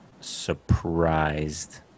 surprised